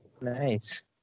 Nice